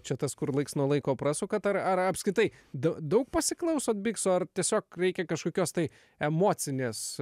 čia tas kur laiks nuo laiko prasukat ar ar apskritai dau daug pasiklausot biksų ar tiesiog reikia kažkokios tai emocinės